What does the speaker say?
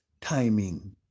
timing